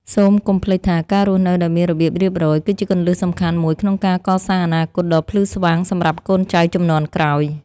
សូមកុំភ្លេចថាការរស់នៅដោយមានរបៀបរៀបរយ គឺជាគន្លឹះសំខាន់មួយក្នុងការកសាងអនាគតដ៏ភ្លឺស្វាងសម្រាប់កូនចៅជំនាន់ក្រោយ។